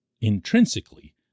intrinsically